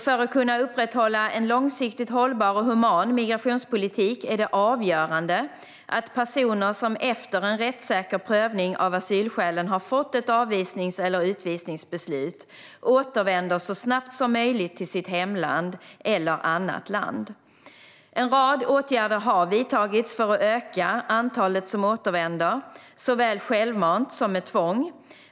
För att kunna upprätthålla en långsiktigt hållbar och human migrationspolitik är det avgörande att personer som efter en rättssäker prövning av asylskälen har fått ett avvisnings eller utvisningsbeslut återvänder så snabbt som möjligt till sitt hemland eller annat land. En rad åtgärder har vidtagits för att öka antalet som återvänder, såväl självmant som med tvång.